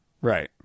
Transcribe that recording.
Right